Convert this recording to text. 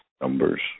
numbers